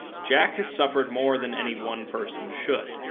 jack has suffered more than any one person should.